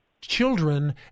children